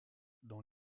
dans